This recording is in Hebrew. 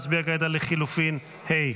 נצביע כעת על לחלופין ה'.